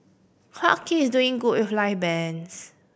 Clarke Quay is doing good with live bands